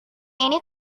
ini